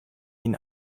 ihn